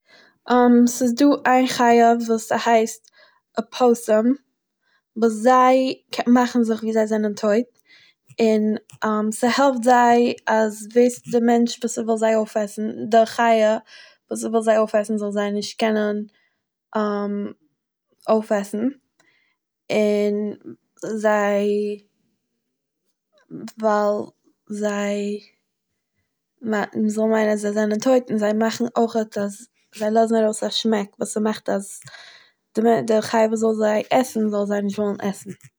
ס'איז דא איין חי' וואס ס'הייסט פאסאם, וואס זיי קע מאכן זיך ווי זיי זענען טויט און ס'העלפט זיי אז ווער ס'איז דער מענטש וואס ס'וויל זיי אויפעסן דער חי' וואס ס'וויל זיי אויפעסן, זאל זיי נישט קענען אויפעסן און זיי ווייל זיי מא מ'זאל מיינען אז זיי זענען טויט און זיי מאכן אויכעט אז זיי לאזן ארויס א שמעק וואס ס'מאכט אז די מע די חי' וואס וויל זיי עסן זאלן זיי נישט ווילן עסן.